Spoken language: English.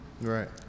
right